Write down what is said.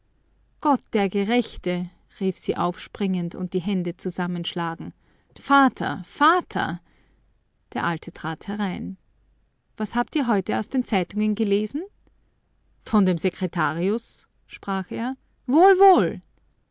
gott der gerechte rief sie aufspringend und die hände zusammenschlagend vater vater der alte trat herein was habt ihr heute aus den zeitungen gelesen von dem sekretarius sprach er wohl wohl